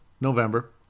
November